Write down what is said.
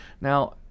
Now